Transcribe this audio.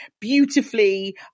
beautifully